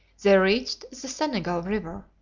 they reached the senegal river.